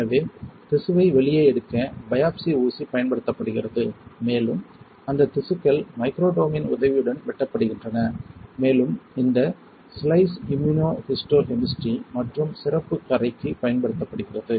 எனவே திசுவை வெளியே எடுக்க பயாப்ஸி ஊசி பயன்படுத்தப்படுகிறது மேலும் அந்த திசுக்கள் மைக்ரோடோமின் உதவியுடன் வெட்டப்படுகின்றன மேலும் இந்த ஸ்லைஸ் இம்யூனோஹிஸ்டோ கெமிஸ்ட்ரி மற்றும் சிறப்பு கறைக்கு பயன்படுத்தப்படுகிறது